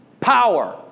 Power